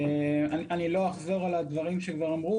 לא אחזור על מה שנאמר.